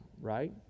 right